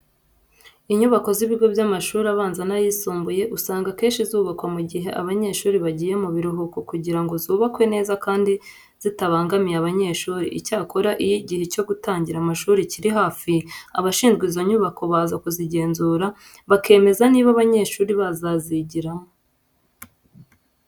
Inyubako z'ibigo by'amashuri abanza n'ayisumbuye usanga akenshi zubakwa mu gihe abanyeshuri bagiye mu biruhuko kugira ngo zubakwe neza kandi zitabangamiye abanyeshuri. Icyakora iyo igihe cyo gutangira amashuri kiri hafi, abashinzwe izo nyubako baza kuzigenzura bakemeza niba abanyeshuri bazazigiramo.